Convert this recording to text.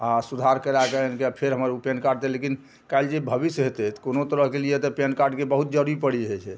आओर सुधार करयके आनि कऽ फेर हमर उ पेनकार्ड देलखिन काल्हि जे भविष्य हेतय तऽ कोनो तरहके लिए तऽ पेनकार्डके बहुत जरूरी पड़ि जाइ छै